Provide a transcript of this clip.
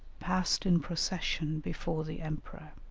passed in procession before the emperor.